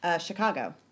Chicago